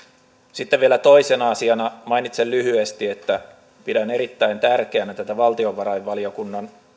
sitten vielä toisena asiana mainitsen lyhyesti että pidän erittäin tärkeänä tätä valtiovarainvaliokunnan